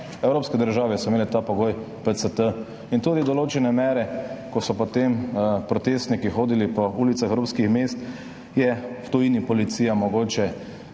evropske države so imele pogoj PCT. In tudi v določeni meri, ko so potem protestniki hodili po ulicah evropskih mest, je bila v tujini policija mogoče